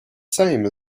same